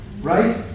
Right